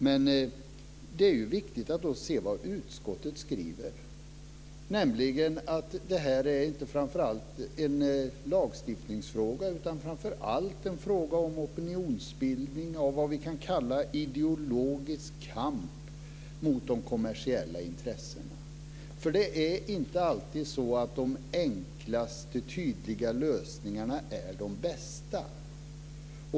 Men det är då viktigt att se vad utskottet skriver, nämligen att det här inte är en lagstiftningsfråga utan framför allt en fråga om opinionsbildning för vad vi kan kalla en ideologisk kamp mot de kommersiella intressena. Det är ju inte alltid så att de enklaste, tydligaste lösningarna är de bästa.